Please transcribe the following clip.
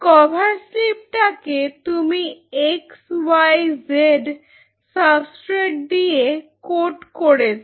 cover স্লিপটাকে তুমি X Y Z substrate দিয়ে কোট করেছ